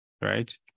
right